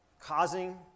causing